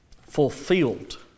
fulfilled